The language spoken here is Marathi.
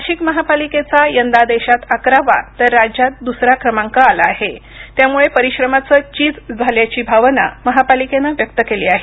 नाशिक महापालिकेचा यंदा देशात अकरावा तर राज्यात दुसरा क्रमांक आला आहे त्यामुळे परिश्रमाचे चीज झाल्याची भावना महापालिकेने व्यक्त केली आहे